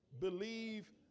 Believe